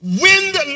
wind